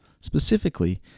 Specifically